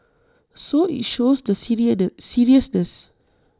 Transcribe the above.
so IT shows the seriousness